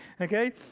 Okay